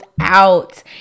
out